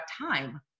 time